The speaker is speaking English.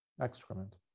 excrement